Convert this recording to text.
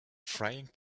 frying